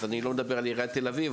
אני לא מדבר על עיריית תל אביב,